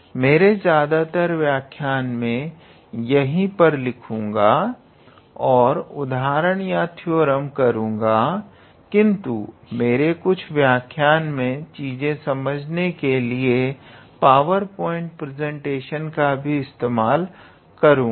मेरे ज्यादातर व्याख्यायन में यही पर लिखूंगा और उदाहरण या थ्योरम करूंगा किंतु मेरे कुछ व्याख्यायन में चीजें समझाने के लिए पावर पॉइंट प्रेजेंटेशन का भी इस्तेमाल करूंगा